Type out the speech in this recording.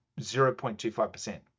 0.25%